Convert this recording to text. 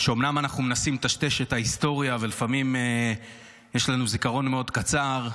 שאומנם אנחנו מנסים לטשטש את ההיסטוריה ולפעמים יש לנו זיכרון מאוד קצר,